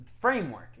framework